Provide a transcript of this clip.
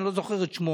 אני לא זוכר את שמו,